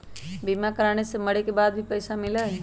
बीमा कराने से मरे के बाद भी पईसा मिलहई?